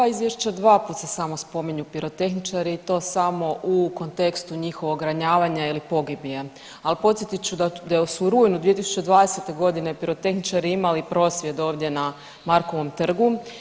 U oba izvješća dva put se samo spominju pirotehničari i to samo u kontekstu njihovog ranjavanja ili pogibije, ali podsjetit ću da su u rujnu 2020. godine pirotehničari imali prosvjed ovdje na Markovom trgu.